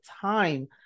time